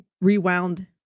rewound